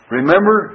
Remember